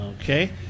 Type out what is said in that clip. Okay